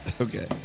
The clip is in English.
Okay